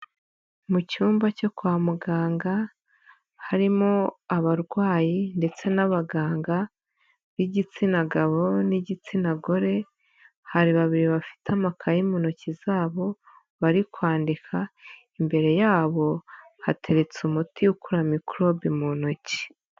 Mu cyumba cyo kwa muganga harimo abarwayi ndetse n'abaganga b'igitsina gabo n'igitsina gore hari babiri bafite amakaye mu ntoki zabo bari kwandika, imbere yabo hateretse umuti ukura mikorobe mu ntoki.